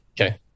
Okay